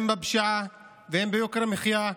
אם בפשיעה ואם ביוקר המחיה.